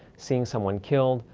seeing someone killed,